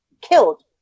killed